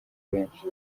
benshi